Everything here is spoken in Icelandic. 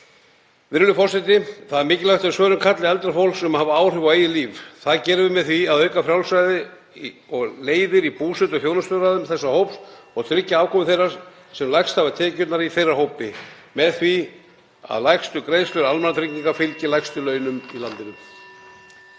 Virðulegur forseti. Það er mikilvægt við svörum kalli eldra fólks um að hafa áhrif á eigið líf. Það gerum við með því að auka frjálsræði og leiðir í búsetu og þjónustuúrræðum þessa hóps og tryggja afkomu þeirra sem lægstar hafa tekjurnar í þessum hópi með því að lægstu greiðslur almannatrygginga fylgi lægstu launum í landinu.